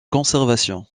conservation